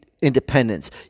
independence